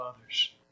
others